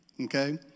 okay